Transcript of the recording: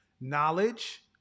knowledge